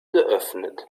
geöffnet